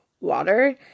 water